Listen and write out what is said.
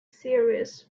series